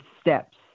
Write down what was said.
steps